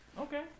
Okay